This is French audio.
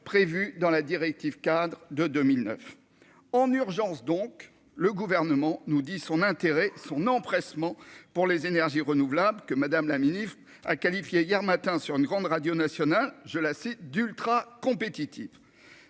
prévue dans la directive cadre de 2009 en urgence, donc le gouvernement nous dit son intérêt son empressement pour les énergies renouvelables que Madame la Ministre a qualifié hier matin sur une grande radio nationale, je la cite d'ultra-compétitif